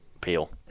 Peel